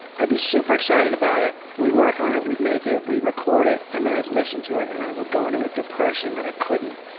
i would be super excited about it, we'd work on it, we'd make it, we'd record it, and then i'd listen to it and i would go into a depression that i couldn't